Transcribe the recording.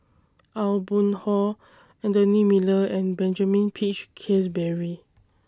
Aw Boon Haw Anthony Miller and Benjamin Peach Keasberry